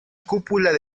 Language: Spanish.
cúpula